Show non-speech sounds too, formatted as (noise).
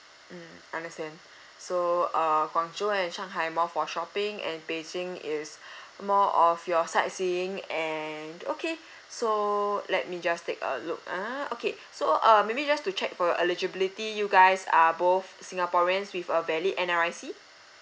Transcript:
mm understand so uh guangzhou and shanghai more for shopping and beijing is (breath) more of your sightseeing and okay so let me just take a look ah okay so uh maybe just to check for your eligibility you guys are both singaporeans with a valid N_R_I_C